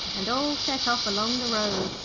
and all set off along the road,